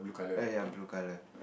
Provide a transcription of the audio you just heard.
ya ya blue colour